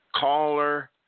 caller